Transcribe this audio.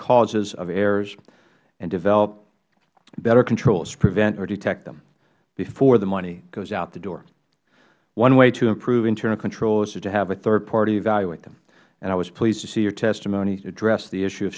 causes of errors and to develop better controls to prevent or detect them before the money goes out the door one way to improve internal controls is to have a third party evaluate them i was pleased to see your testimony addressed the issue of